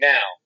Now